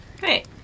Hey